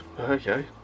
Okay